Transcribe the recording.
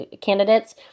candidates